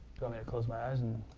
me to close my eyes? and